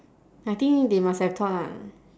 I think they must have thought ah